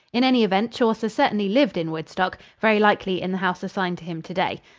in any event, chaucer certainly lived in woodstock very likely in the house assigned to him today.